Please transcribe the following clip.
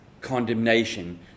condemnation